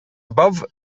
above